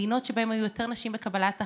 מדינות שבהן היו יותר נשים בקבלת החלטות,